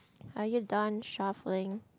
are you done shuffling